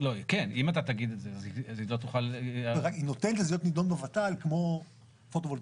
היא נותנת לזה להיות נידון בות"ל כמו פוטו-וולטאי.